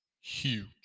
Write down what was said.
huge